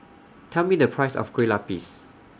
Tell Me The Price of Kueh Lapis